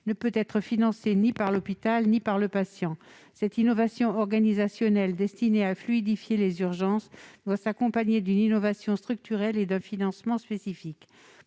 ne peut être financé ni par l'hôpital ni par le patient. Cette innovation organisationnelle destinée à fluidifier les urgences doit s'accompagner d'une innovation structurelle et d'un financement spécifique.